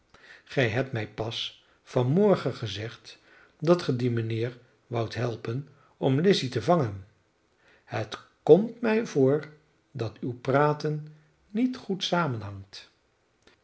gij hebt mij pas van morgen gezegd dat ge dien mijnheer woudt helpen om lizzy te vangen het komt mij voor dat uw praten niet goed samenhangt